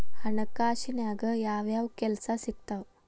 ಹಣಕಾಸಿನ್ಯಾಗ ಯಾವ್ಯಾವ್ ಕೆಲ್ಸ ಸಿಕ್ತಾವ